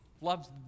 Love's